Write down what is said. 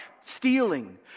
stealing